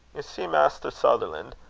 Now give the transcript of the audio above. see, maister sutherlan',